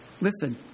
Listen